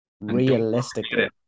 realistically